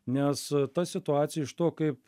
nes ta situacija iš to kaip